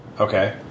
Okay